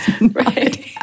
right